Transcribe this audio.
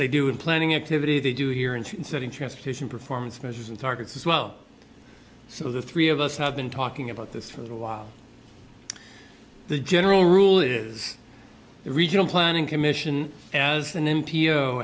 they do in planning activity they do here and setting transportation performance measures and targets as well so the three of us have been talking about this for a while the general rule is the regional planning commission as an m